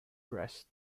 breast